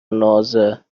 نازه